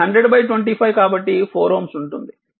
ఇది 10025 కాబట్టి 4Ω ఉంటుంది